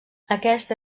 aquesta